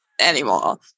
anymore